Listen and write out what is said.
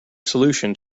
solution